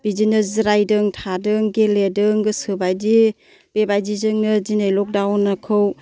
बिदिनो जिरायदों थादों गेलेदों गोसो बायदि बेबायदिजोंनो दिनै लक दाउनखौ